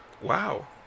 Wow